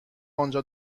انجا